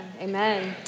Amen